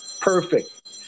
Perfect